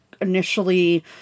initially